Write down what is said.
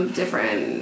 different